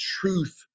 truth